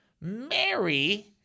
Mary